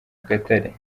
gatare